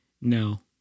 no